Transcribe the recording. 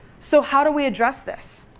so how do we address this?